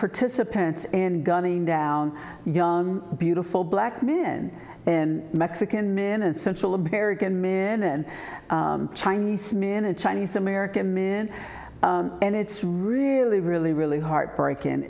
participants and gunning down young beautiful black men and mexican minute central american men and chinese minute chinese american men and it's really really really heartbreaking